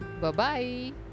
Bye-bye